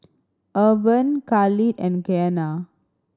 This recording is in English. Urban Khalid and Keanna